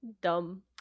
dumb